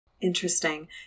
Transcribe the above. Interesting